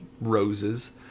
roses